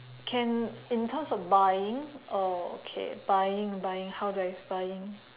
can in terms or buying oh okay buying buying how do I buying